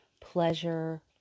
pleasure